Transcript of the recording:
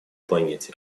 планете